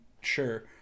sure